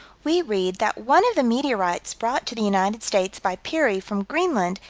we read that one of the meteorites brought to the united states by peary, from greenland,